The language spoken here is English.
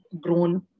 grown